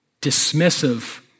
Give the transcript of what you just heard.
dismissive